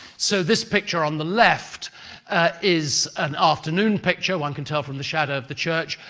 so, this picture on the left is an afternoon picture, one can tell from the shadow of the church,